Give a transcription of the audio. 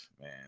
man